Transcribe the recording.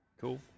Cool